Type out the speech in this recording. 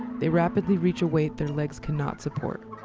they rapidly reach a weight their legs cannot support.